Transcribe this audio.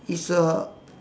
it's a